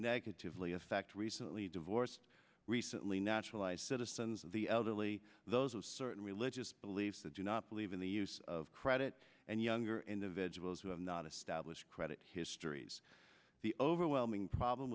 negatively affect recently divorced recently naturalized citizens of the elderly those of certain religious beliefs that do not believe in the use of credit and younger individuals who have not established credit histories the overwhelming problem